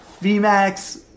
V-Max